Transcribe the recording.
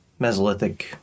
Mesolithic